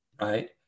Right